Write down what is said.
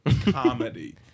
comedy